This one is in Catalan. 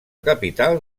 capital